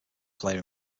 player